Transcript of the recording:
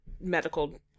medical